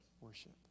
worship